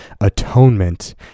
atonement